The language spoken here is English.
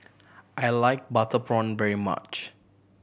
I like butter prawn very much